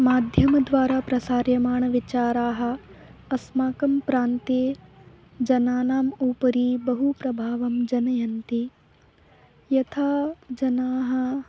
माध्यमद्वारा प्रसार्यमाणाः विचाराः अस्माकं प्रान्ते जनानाम् उपरि बहु प्रभावं जनयन्ति यथा जनाः